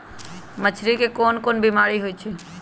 मछरी मे कोन कोन बीमारी होई छई